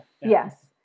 Yes